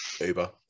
Uber